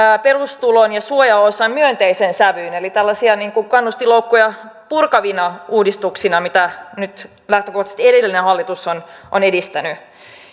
perustulon ja suojaosan myönteiseen sävyyn eli tällaisina kannustinloukkuja purkavina uudistuksina mitä nyt lähtökohtaisesti edellinen hallitus on on edistänyt